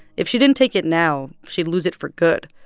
if she didn't take it now, she'd lose it for good.